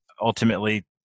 ultimately